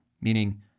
meaning